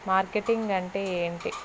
marketing అంటే ఏంటి